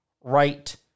right